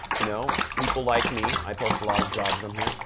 you know, people like me. i post a lot of jobs on here.